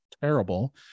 terrible